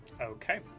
Okay